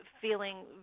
feeling